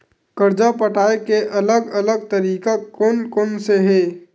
कर्जा पटाये के अलग अलग तरीका कोन कोन से हे?